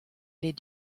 les